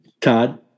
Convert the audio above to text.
Todd